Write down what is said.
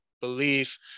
belief